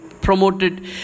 promoted